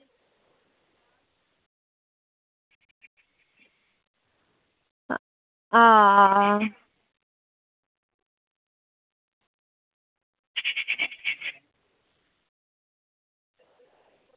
आं